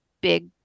big